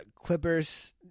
Clippers